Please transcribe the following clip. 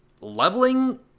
leveling